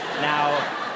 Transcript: Now